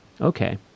okay